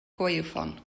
gwaywffon